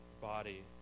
body